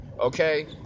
Okay